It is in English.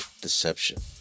deception